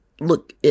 look